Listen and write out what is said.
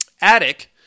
attic